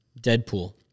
Deadpool